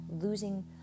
losing